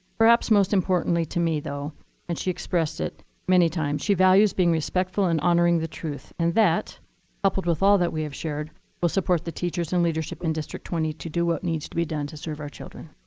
perhaps most importantly to me, though and she expressed it many times she values being respectful and honoring the truth. and that coupled with all that we have shared will support the teachers and leadership in district twenty to do what needs to be done to serve our children.